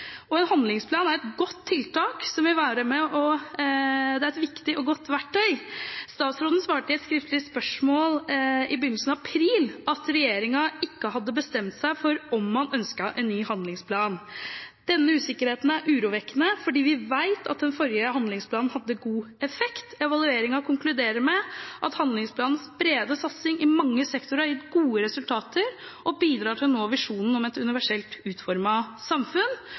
og en handlingsplan er et viktig og godt verktøy. Statsråden svarte på et skriftlig spørsmål i begynnelsen av april at regjeringen ikke hadde bestemt seg for om man ønsket en ny handlingsplan. Denne usikkerheten er urovekkende, for vi vet at den forrige handlingsplanen hadde god effekt. Evalueringen konkluderer med at handlingsplanens brede satsing i mange sektorer har gitt gode resultater og bidrar til å nå visjonen om et universelt utformet samfunn.